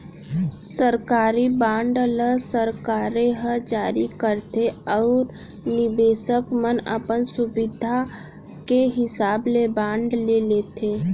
सरकारी बांड ल सरकारे ह जारी करथे अउ निबेसक मन अपन सुभीता के हिसाब ले बांड ले लेथें